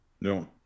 No